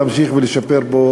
להמשיך לשפר פה,